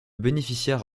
bénéficiaire